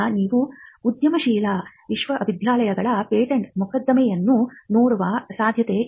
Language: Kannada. ನೀವು ಉದ್ಯಮಶೀಲ ವಿಶ್ವವಿದ್ಯಾಲಯಗಳ ಪೇಟೆಂಟ್ ಮೊಕದ್ದಮೆಯನ್ನು ನೋಡುವ ಸಾಧ್ಯತೆಯಿದೆ